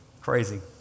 Crazy